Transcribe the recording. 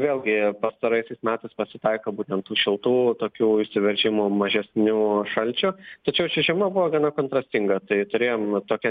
vėlgi pastaraisiais metais pasitaiko būtent tų šiltų tokių įsiveržimų mažesnių šalčio tačiau ši žiema buvo gana kontrastinga tai turėjom tokią